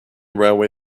railway